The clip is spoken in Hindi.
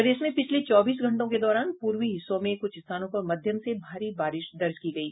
प्रदेश में पिछले चौबीस घंटों के दौरान पूर्वी हिस्सों में कुछ स्थानों पर मध्यम से भारी बारिश दर्ज की गयी